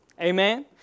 Amen